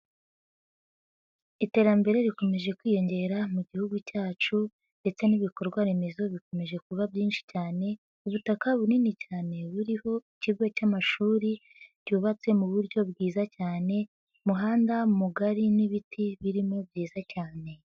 Iterambere rikomeje kwiyongera mu gihugu cyacu ndetse n'ibikorwaremezo bikomeje kuba byinshi cyane, ubutaka bunini cyane buriho kigo cy'amashuri, byubatse mu buryo bwiza cyane, umuhanda mugari n'ibiti birimo byiza cyane.